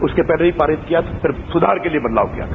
उसके पहले भी पारित किया था फिर सुधार के लिए बदलाव किया था